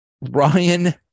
Ryan